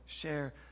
Share